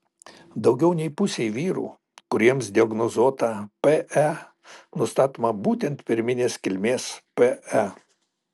daugiau nei pusei vyrų kuriems diagnozuota pe nustatoma būtent pirminės kilmės pe